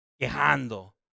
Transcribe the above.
Quejando